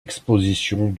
exposition